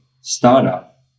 startup